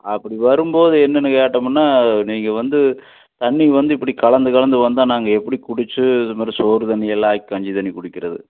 அப்படி வரும்போது என்னெனு கேட்டோம்முனால் நீங்கள் வந்து தண்ணி வந்து இப்படி கலந்து கலந்து வந்தால் நாங்கள் எப்படி குடித்து இது மாதிரி சோறு தண்ணி எல்லாம் ஆக்கி கஞ்சி தண்ணி குடிக்கிறது